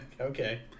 Okay